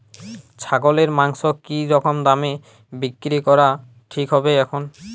ছাগলের মাংস কী রকম দামে বিক্রি করা ঠিক হবে এখন?